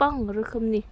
गोबां रोखोमनि